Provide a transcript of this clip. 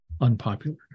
unpopular